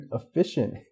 efficient